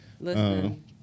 Listen